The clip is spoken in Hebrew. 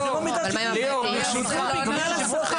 אנחנו לא מתארגנים.